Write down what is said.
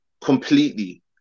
Completely